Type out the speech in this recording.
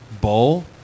bowl